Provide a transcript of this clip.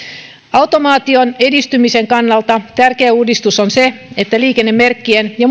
automaation edistymisen kannalta tärkeä uudistus on se että liikennemerkkien